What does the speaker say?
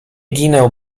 ginę